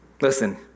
Listen